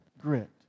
grit